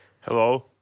Hello